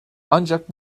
ancak